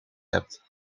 hebt